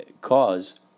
cause